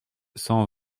cent